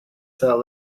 sir